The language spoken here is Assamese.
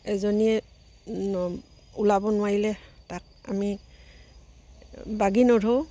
এজনীয়ে ওলাব নোৱাৰিলে তাক আমি বাগি নধৰোঁ